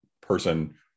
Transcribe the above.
person